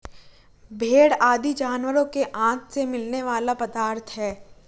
भेंड़ आदि जानवरों के आँत से मिलने वाला पदार्थ है